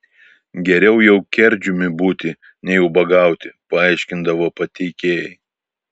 geriau jau kerdžiumi būti nei ubagauti paaiškindavo pateikėjai